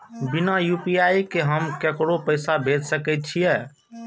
बिना यू.पी.आई के हम ककरो पैसा भेज सके छिए?